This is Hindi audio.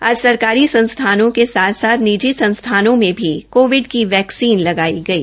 आज सरकारी संस्थानों के साथ साथ निजी संस्थानों में भी कोविड की वैक्सीन लगाई गई